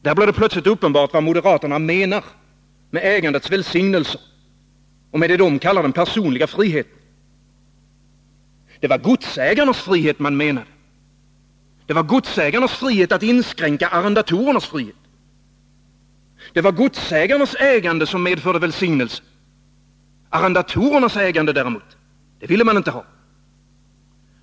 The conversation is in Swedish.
Där blir det plötsligt uppenbart vad moderater menar med ägandets välsignelser och med vad de kallar den personliga friheten. Det var godsägarnas frihet man menade, godsägarnas frihet att inskränka arrendatorernas frihet. Det var godsägarnas ägande som medförde välsignelse. Arrendatorernas ägande däremot ville man inte ha.